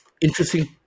Interesting